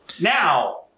Now